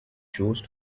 chose